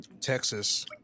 Texas